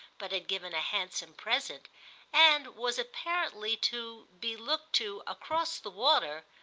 but had given a handsome present and was apparently to be looked to, across the water,